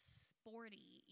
sporty